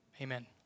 Amen